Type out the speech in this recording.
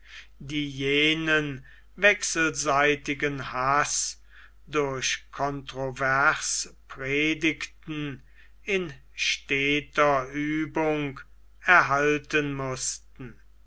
die jenen wechselseitigen haß durch controverspredigten in steter uebung erhalten mußten